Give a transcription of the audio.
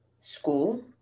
school